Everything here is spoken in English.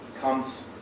Comes